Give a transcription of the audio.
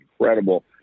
incredible